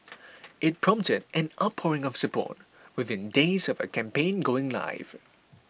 it prompted an outpouring of support within days of her campaign going live